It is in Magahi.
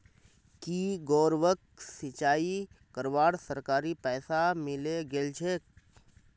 की गौरवक सिंचाई करवार सरकारी पैसा मिले गेल छेक